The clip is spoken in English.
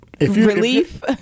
Relief